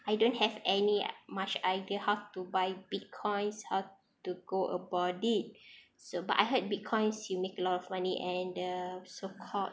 I don't have any much idea how to buy Bitcoins how to go about it so but I heard Bitcoins you make a lot of money and the so called